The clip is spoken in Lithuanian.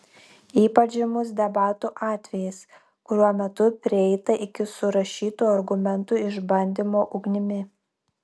ypač žymus debatų atvejis kurio metu prieita iki surašytų argumentų išbandymo ugnimi